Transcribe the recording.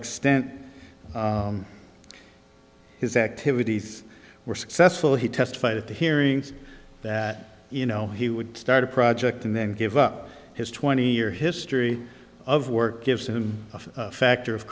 extent his activities were successful he testified at the hearings that you know he would start a project and then give up his twenty year history of work gives him a factor of